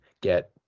get